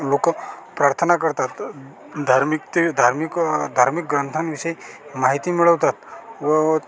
लोक प्रार्थना करतात धार्मिक ते धार्मिक धार्मिक ग्रंथांविषयी माहिती मिळतात व